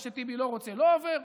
מה שטיבי לא רוצה לא עובר.